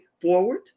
forward